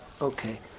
okay